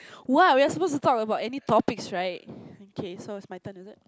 what we are suppose to talk about any topics right okay so it's my turn is it